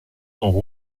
son